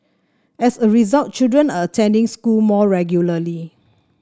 as a result children are attending school more regularly